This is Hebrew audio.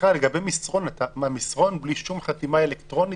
מסרון בלי אישור חתימה אלקטרונית?